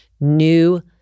new